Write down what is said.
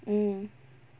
mm